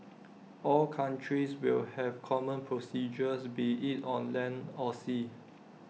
all countries will have common procedures be IT on land or sea